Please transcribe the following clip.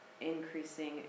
increasing